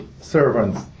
servants